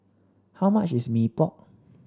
how much is Mee Pok